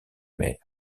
mer